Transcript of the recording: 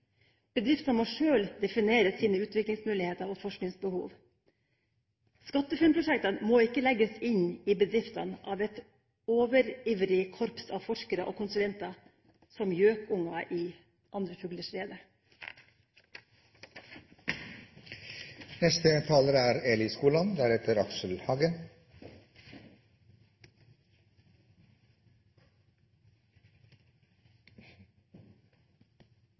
Bedriftene må sjøl definere sine utviklingsmuligheter og forskningsbehov. SkatteFUNN-prosjektene må ikke legges inn i bedriftene av et overivrig korps av forskere og konsulenter som gjøkunger i andre fuglers rede. Det er